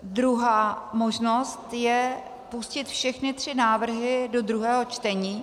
Druhá možnost je pustit všechny tři návrhy do druhého čtení.